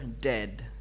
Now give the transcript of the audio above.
dead